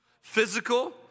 Physical